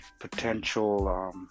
potential